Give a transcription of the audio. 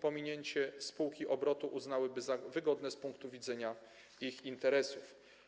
pominięcie spółki obrotu uznałyby za wygodne z punktu widzenia ich interesów.